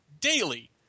daily